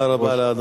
תודה רבה לאדוני.